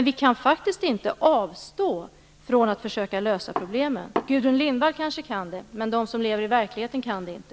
Vi kan faktiskt inte avstå från att försöka lösa problemet. Gudrun Lindvall kanske kan det, men de som lever i verkligheten kan det inte.